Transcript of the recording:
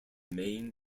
main